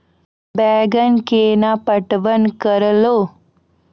बैंगन केना पटवन करऽ लो?